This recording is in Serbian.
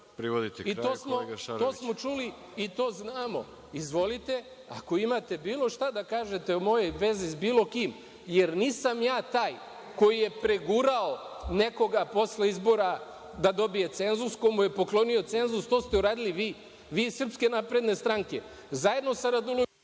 i to smo čuli i to znamo. Izvolite, ako imate bilo šta da kažete o mojoj vezi sa bilo kim, jer nisam ja taj koji je pregurao nekoga posle izbora da dobije cenzus, ko mu je poklonio cenzus. To ste uradili vi. Vi iz SNS, zajedno sa Radulovićem.